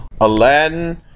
aladdin